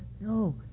No